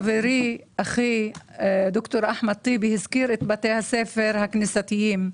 חברי אחי ד"ר אחמד טיבי הזכיר את בתי הספר הכנסייתיים,